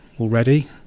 already